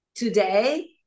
Today